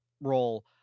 role